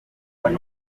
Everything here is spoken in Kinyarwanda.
kwari